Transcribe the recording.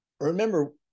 remember